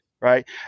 right